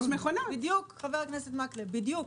בדיוק, חבר הכנסת מקלב, בדיוק.